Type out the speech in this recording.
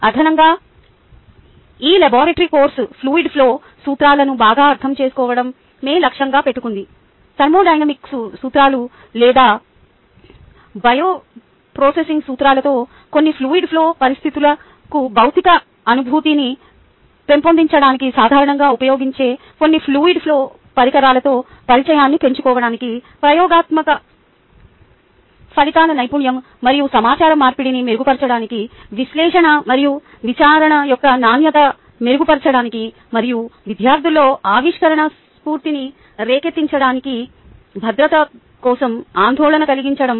అదనంగా ఈ laboratory course fluid flow సూత్రాలను బాగా అర్థం చేసుకోవడమే లక్ష్యంగా పెట్టుకుంది థర్మోడైనమిక్ సూత్రాలు లేదా బయోప్రాసెస్ సూత్రాలతో కొన్ని ఫ్లూయిడ్ ఫ్లో పరిస్థితులకు భౌతిక అనుభూతిని పెంపొందించడానికి సాధారణంగా ఉపయోగించే కొన్ని ఫ్లూయిడ్ ఫ్లో పరికరాలతో పరిచయాన్ని పెంచుకోవడానికి ప్రయోగాత్మక ఫలితాల నైపుణ్యం మరియు సమాచార మార్పిడిని మెరుగుపరచడానికి విశ్లేషణ మరియు విచారణ యొక్క నాణ్యతను మెరుగుపరచడానికి మరియు విద్యార్థులలో ఆవిష్కరణ స్ఫూర్తిని రేకెత్తించడానికి భద్రత కోసం ఆందోళన కలిగించడం